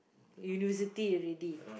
university already